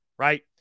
Right